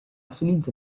isolines